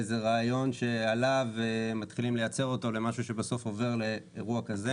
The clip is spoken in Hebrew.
באיזה רעיון שעלה ומתחילים לייצר אותו למשהו שבסוף עובר לאירוע כזה,